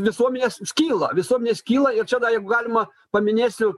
visuomenės skyla visuomenė skyla ir čia dar jeigu galima paminėsiu